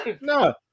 No